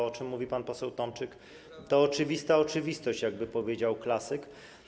To, o czym mówi pan poseł Tomczyk, to oczywista oczywistość, jak powiedziałby klasyk.